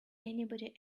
anybody